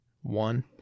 one